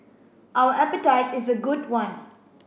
our appetite is a good one